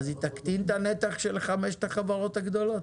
היא תקטין את הנתח של חמש החברות הגדולות?